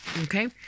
Okay